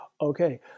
Okay